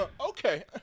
Okay